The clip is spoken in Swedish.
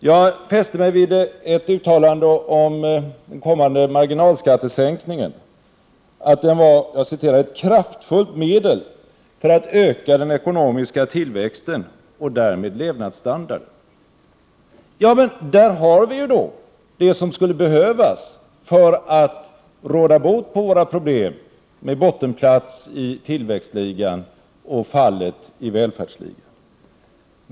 Jag fäste mig vid ett uttalande om den kommande marginalskatte sänkningen. Finansministern sade att den var ”ett kraftfullt medel för att öka den ekonomiska tillväxten och därmed levnadsstandarden”. Där har vi ju det som skulle behövas för att råda bot på Sveriges problem med bottenplats i tillväxtligan och fallet i välfärdsligan.